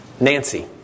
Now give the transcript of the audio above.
Nancy